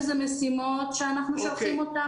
האם הנתונים של משרד החינוך והנתונים של משרד הבריאות